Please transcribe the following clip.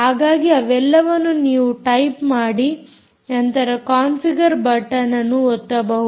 ಹಾಗಾಗಿ ಅವೆಲ್ಲವನ್ನೂ ನೀವು ಟೈಪ್ ಮಾಡಿ ನಂತರ ಕಾನ್ಫಿಗರ್ ಬಟನ್ ಅನ್ನು ಒತ್ತಬಹುದು